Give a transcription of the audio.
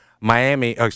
Miami